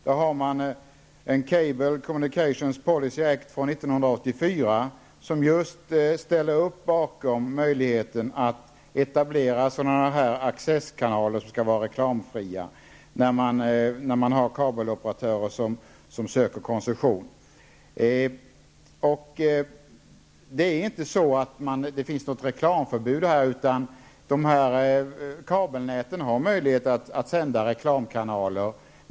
Där har man en Cable Communications Policy Act från 1984, där man just ställer upp bakom möjligheten att etablera sådana här accesskanaler som skall vara reklamfria när kabeloperatörer söker koncession. Det finns inte något reklamförbud, utan kabelnäten har möjlighet att sända reklamkanaler.